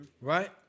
Right